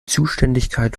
zuständigkeit